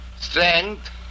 Strength